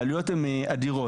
העלויות הן אדירות.